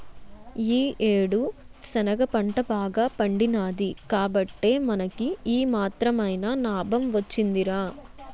ఈ యేడు శనగ పంట బాగా పండినాది కాబట్టే మనకి ఈ మాత్రమైన నాబం వొచ్చిందిరా